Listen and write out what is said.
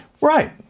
Right